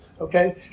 Okay